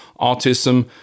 autism